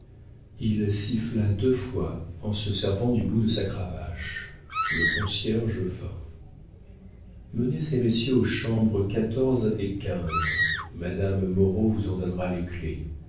il siffla deux fois en se servant du bout de sa cravache le concierge vint menez ces messieurs aux chambres et madame moreau vous en donnera les clefs